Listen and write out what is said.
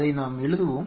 அதை நாம் எழுதுவோம்